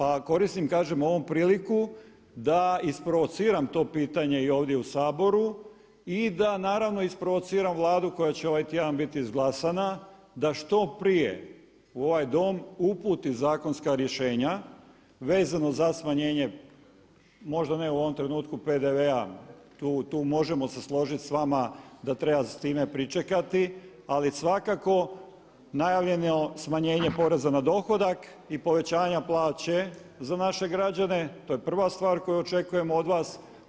A koristim kažem ovim priliku da isprovociram to pitanje i ovdje u Saboru i da naravno isprovociram Vladu koja će ovaj tjedan biti izglasana da što prije u ovoj dom uputi zakonska rješenja vezano za smanjenje, možda ne u ovom trenutku PDV-a, tu možemo se složiti s vama da treba s time pričekati ali svakako najavljeno smanjenje poreza na dohodak i povećanja plaće za naše građane, to je prva stvar koju očekujem od vas.